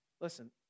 Listen